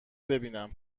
ببینم